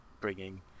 bringing